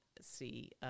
see